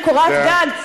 שאין להם קורת גג?